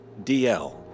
DL